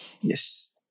Yes